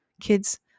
Kids